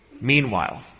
Meanwhile